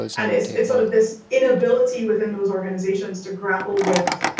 and it's it's sort of this inability within those organizations to grapple with,